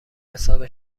حساب